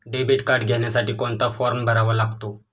Debit card घेण्यासाठी कोणता form भरावा लागतो?